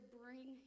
bring